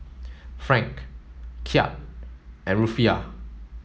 Franc Kyat and Rufiyaa